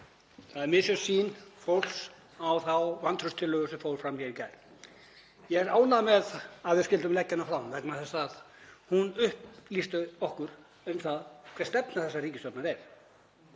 Það er misjöfn sýn fólks á þá vantrauststillögu sem lögð var fram hér í gær. Ég er ánægður með það að við skyldum leggja hana fram vegna þess að hún upplýsti okkur um það hver stefna þessarar ríkisstjórnar er.